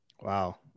Wow